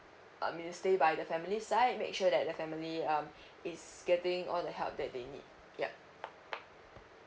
I mean stay by the family side make sure that the family um is getting all the help that they need yup